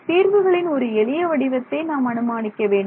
தீர்வுகளின் ஒரு எளிய வடிவத்தை நாம் அனுமானிக்க வேண்டும்